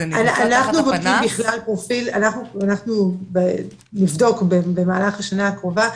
אנחנו נבדוק במהלך השנה הקרובה,